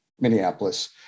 Minneapolis